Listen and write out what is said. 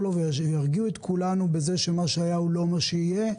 לו וירגיעו את כולנו בזה שמה שהיה הוא לא מה שיהיה.